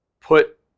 put